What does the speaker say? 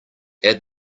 add